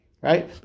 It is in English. right